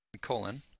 colon